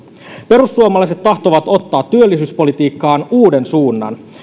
perussuomalaiset tahtovat ottaa työllisyyspolitiikkaan uuden suunnan